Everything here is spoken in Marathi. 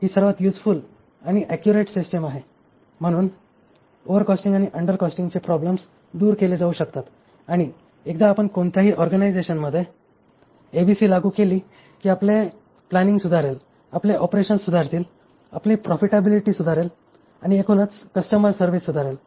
ही सर्वात युजफूल आणि ऍक्युरेट सिस्टिम आहे म्हणून ओव्हर कॉस्टिंग आणि अंडर कॉस्टिंग चे प्रॉब्लेम्स दूर केले जाऊ शकतात आणि एकदा आपण कोणत्याही ऑरगॅनिझशनमध्ये एबीसी लागू केली की आपले प्लँनिंग सुधारेल आपले ऑपरेशन्स सुधारतील आपली प्रॉफिटॅबिलिटी सुधारेल आणि आमची एकूण कस्टमर सर्विस सुधारेल